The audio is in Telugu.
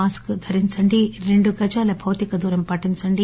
మాస్క్ ధరించండి రెండు గజాల భౌతిక దూరం పాటించండి